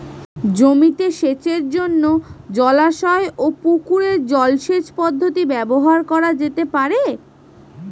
জমিতে সেচের জন্য জলাশয় ও পুকুরের জল সেচ পদ্ধতি ব্যবহার করা যেতে পারে?